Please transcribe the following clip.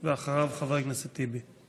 ואחריו, חבר הכנסת טיבי.